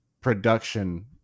production